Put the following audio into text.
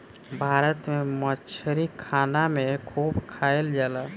भारत में मछरी खाना में खूब खाएल जाला